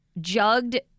jugged